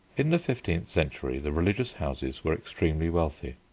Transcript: in the fifteenth century the religious houses were extremely wealthy.